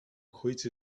which